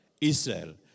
Israel